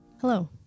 Hello